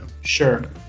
sure